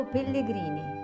Pellegrini